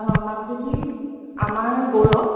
অঁ মাজুলী আমাৰ গৌৰৱ